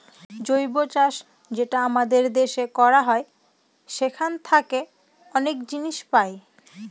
জৈব চাষ যেটা আমাদের দেশে করা হয় সেখান থাকে অনেক জিনিস পাই